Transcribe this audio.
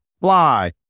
fly